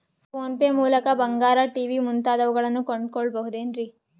Phone pay ಮೂಲಕ ಬಂಗಾರ, TV ಮುಂತಾದವುಗಳನ್ನ ಕೊಂಡು ಕೊಳ್ಳಬಹುದೇನ್ರಿ?